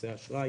בכרטיסי אשראי.